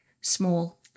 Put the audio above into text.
small